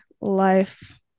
life